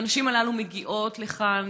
והנשים הללו מגיעות לכאן,